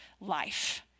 life